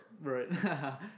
right